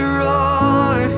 roar